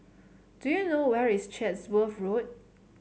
do you know where is Chatsworth Road